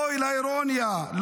אוי לאירוניה.